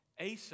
Asa